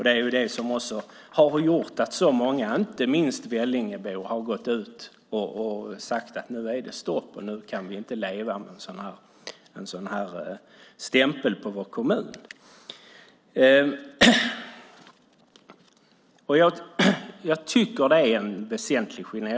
Det är det som har gjort att så många, inte minst Vellingebor, har gått ut och sagt att nu är det stopp, nu kan vi inte leva med en sådan här stämpel på vår kommun. Jag tycker att det är en väsentlig skillnad.